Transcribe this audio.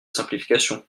simplification